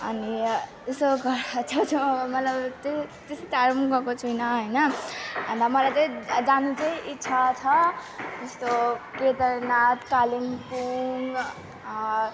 अनि यसो घरको छेउछाउमा मतलब त्य त्यस्तो टाढा पनि गएको छैन हैन अनि त मलाई चाहिँ जानु चाहिँ इच्छा छ जस्तो केदारनाथ कालिम्पोङ